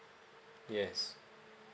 yes